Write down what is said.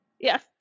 Yes